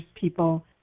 people